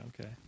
okay